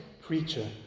preacher